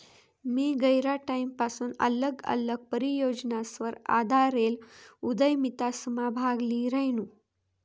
मी गयरा टाईमपसून आल्लग आल्लग परियोजनासवर आधारेल उदयमितासमा भाग ल्ही रायनू